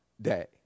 day